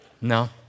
No